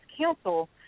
counsel